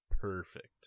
perfect